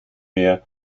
mehr